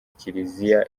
kiliziya